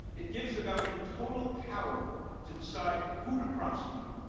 it gives the government total power to decide who to prosecute.